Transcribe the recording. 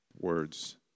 words